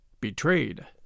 Betrayed